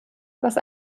was